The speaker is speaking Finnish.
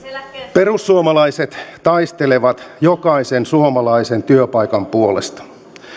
perussuomalaiset taistelevat jokaisen suomalaisen työpaikan puolesta